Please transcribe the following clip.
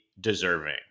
deserving